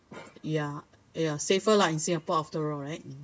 ya ya safer lah in singapore after all right